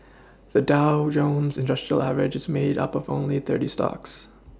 the Dow Jones industrial Average is made up of only thirty stocks